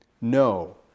No